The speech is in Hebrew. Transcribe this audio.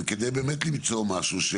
וכדי באמת למצוא משהו ש